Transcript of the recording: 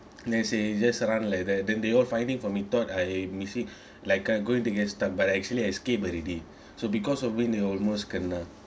let's say just around like that then they all finding for me thought I missing like I going to get stuff but I actually escaped already so because of me they almost kena